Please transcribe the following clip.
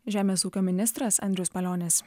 žemės ūkio ministras andrius palionis